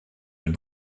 une